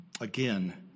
again